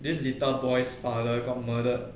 this little boy's father got murdered